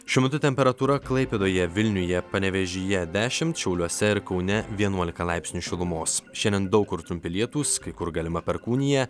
šiuo metu temperatūra klaipėdoje vilniuje panevėžyje dešim šiauliuose ir kaune vienuolika laipsnių šilumos šiandien daug kur trumpi lietūs kai kur galima perkūnija